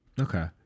Okay